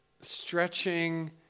stretching